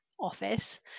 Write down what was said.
office